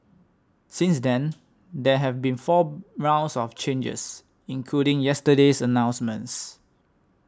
since then there have been four rounds of changes including yesterday's announcements